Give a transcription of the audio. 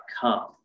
come